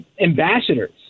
ambassadors